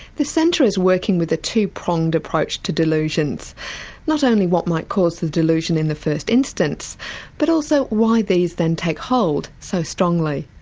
the centre is working with a two-pronged approach to delusions not only what might cause the delusion in the first instance but also why these then take hold so strongly.